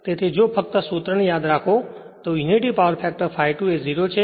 તેથી જો ફક્ત આ સૂત્રને યાદ રાખો તો યુનિટી પાવર ફેક્ટર ∅ 2 એ 0 છે